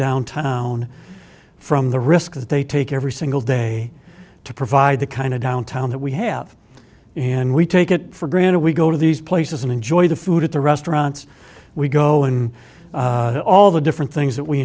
downtown from the risks they take every single day to provide the kind of downtown that we have and we take it for granted we go to these places and enjoy the food at the restaurants we go and all the different things that we